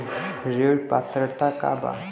ऋण पात्रता का बा?